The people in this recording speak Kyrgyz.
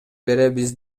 беребиз